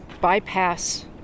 bypass